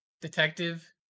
detective